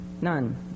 None